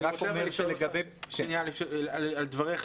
אני רק אומר --- אני רוצה לשאול על דבריך,